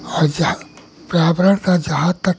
और जहाँ पर्यावरण का जहाँ तक